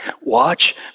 Watch